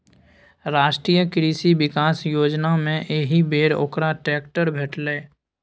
राष्ट्रीय कृषि विकास योजनामे एहिबेर ओकरा ट्रैक्टर भेटलै